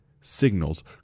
signals